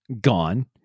gone